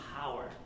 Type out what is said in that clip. power